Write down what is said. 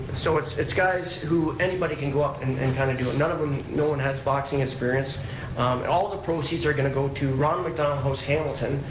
so it's it's guys who, anybody can go up and and kind of do it, none of them, no one has boxing experience, and all the proceeds are going to go to ronald mcdonald house hamilton,